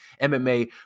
MMA